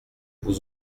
vous